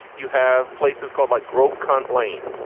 you have places called like grope cunt lane.